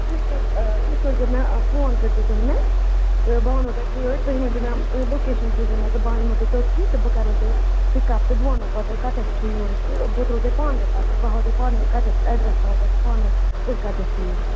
تُہۍ کٔرۍ آ تُہۍ کٔرۍزیٚو مےٚ فون کٔرۍزیٚو تُہۍ مےٚ تہٕ بہٕ وَنو تۄہہِ گٲڑۍ تُہۍ ؤنۍزیٚو مےٚ لوکیشَن سوٗززیٚو مےٚ تہٕ بہٕ ہا یِمہو تۄہہِ توٚتتھٕے تہٕ بہٕ کَرٕہو تُہۍ پِک اَپ تہٕ بہٕ وَنہو پَتہٕ تۄہہِ کوٚتَتھ چھُ یُن تہٕ بہٕ تُلہٕ تۄہہِ پانے پَتہٕ بہٕ ہاوو تۄہہِ پانے کَتٮ۪تھ چھُ ایٚڈرَس ہاوو تۄہہِ بہٕ پانے تُہۍ کَتٮ۪تھ یِیِو